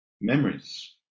memories